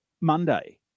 Monday